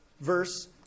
Verse